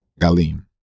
Galim